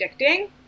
addicting